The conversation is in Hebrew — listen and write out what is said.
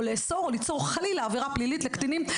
לאסור או ליצור חלילה עבירה פלילית לקטינים.